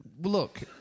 Look